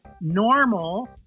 normal